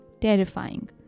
terrifying